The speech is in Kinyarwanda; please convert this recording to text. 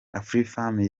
afrifame